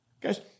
Guys